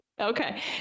Okay